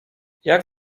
jak